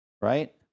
Right